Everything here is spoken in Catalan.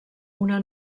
una